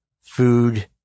food